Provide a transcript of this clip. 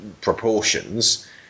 proportions